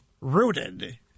rooted